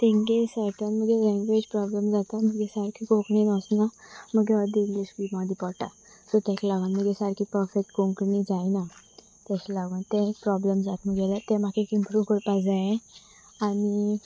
तेंगे सर्टन मगे language problem जाता मागे सारकी कोंकणीन वचना मगे ओर्दी इंग्लीश बी मदीं पडटा सो ताका लागून मगे सारकी पफेक्ट कोंकणी जायना ताका लागून तें प्रोब्लेम जाता मगेल्यार तें म्हाका एक इंप्रूव करपा जाय आनी